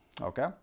Okay